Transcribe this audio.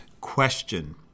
question